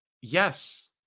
Yes